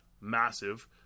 massive